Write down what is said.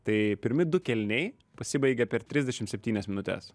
tai pirmi du kėliniai pasibaigia per trisdešimt septynias minutes